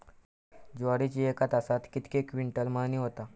ज्वारीची एका तासात कितके क्विंटल मळणी होता?